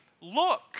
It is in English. look